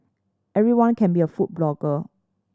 everyone can be a food blogger